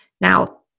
Now